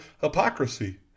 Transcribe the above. hypocrisy